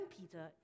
Peter